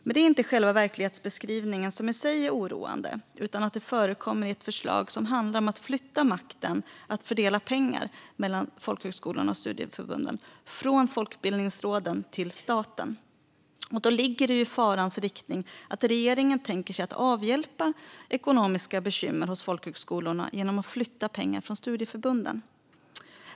Men det är inte själva verklighetsbeskrivningen i sig som är oroande utan att den förekommer i ett förslag som handlar om att flytta makten att fördela pengar mellan folkhögskolorna och studieförbunden från Folkbildningsrådet till staten. Då ligger det i farans riktning att regeringen tänker sig att avhjälpa ekonomiska bekymmer hos folkhögskolorna genom att flytta pengar från studieförbunden.